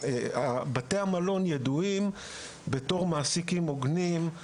שבתי המלון ידועים בתור מעסיקים הוגנים,